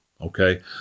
Okay